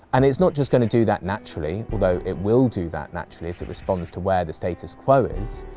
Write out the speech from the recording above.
and it's not just going to do that naturally, although it will do that naturally as it responds to where the status quo is.